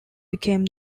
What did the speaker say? became